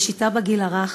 ראשיתה בגיל הרך,